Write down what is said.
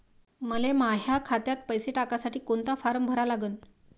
मले माह्या खात्यात पैसे टाकासाठी कोंता फारम भरा लागन?